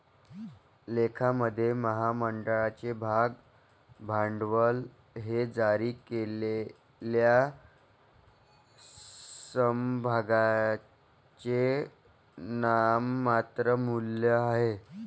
लेखामध्ये, महामंडळाचे भाग भांडवल हे जारी केलेल्या समभागांचे नाममात्र मूल्य आहे